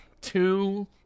two